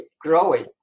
growing